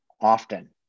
often